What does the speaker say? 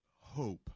hope